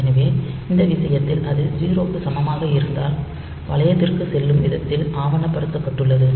எனவே இந்த விஷயத்தில் அது 0 க்கு சமமாக இருந்தால் வளையத்திற்குச் செல்லும் விதத்தில் ஆவணப்படுத்தப்பட்டுள்ளது